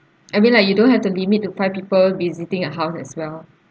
I mean like you don't have to limit to five people visiting a house as well